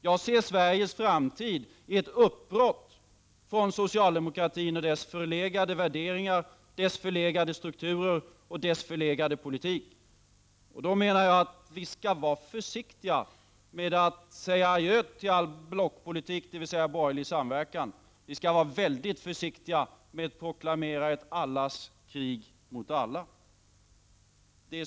Jag ser Sveriges framtid i ett uppbrott från socialdemokratin och dess förlegade värderingar, dess förlegade strukturer och dess förlegade politik. Vi skall vara försiktiga med att säga adjö till all blockpolitik, dvs. borgerlig samverkan, och vi skall vara mycket försiktiga med att proklamera ett allas krig mot alla.